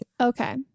Okay